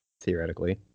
theoretically